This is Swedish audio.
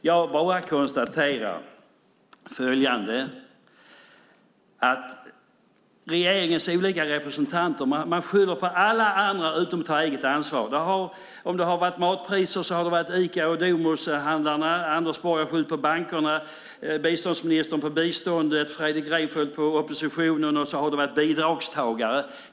Jag bara konstaterar följande. Regeringens olika representanter skyller på alla andra och tar inget eget ansvar. I fråga om matpriserna har man skyllt på Ica och Domushandlarna. Anders Borg har skyllt på bankerna, biståndsministern på biståndet, Fredrik Reinfeldt på oppositionen och bidragstagare.